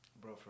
Bro